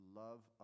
love